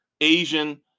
Asian